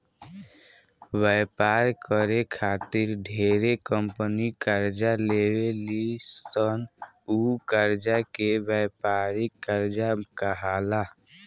व्यापार करे खातिर ढेरे कंपनी कर्जा लेवे ली सन उ कर्जा के व्यापारिक कर्जा कहाला